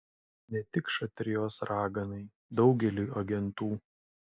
ne tik šatrijos raganai daugeliui agentų